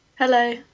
Hello